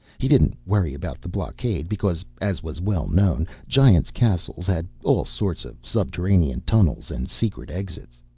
he didn't worry about the blockade because, as was well known, giants' castles had all sorts of subterranean tunnels and secret exits.